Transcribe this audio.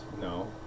no